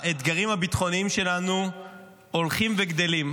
האתגרים הביטחוניים שלנו הולכים וגדלים,